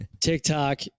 TikTok